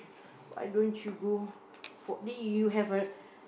why don't you go for then you have the